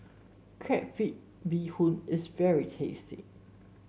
Crab Bee Hoon is very tasty